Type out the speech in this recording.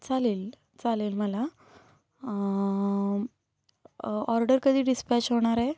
चालेल चालेल मला ऑर्डर कधी डिस्पॅच होणार आहे